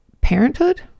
parenthood